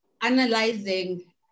analyzing